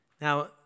Now